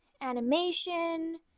animation